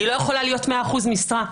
אני לא יכולה להיות ב-100% משרה,